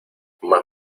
más